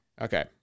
Okay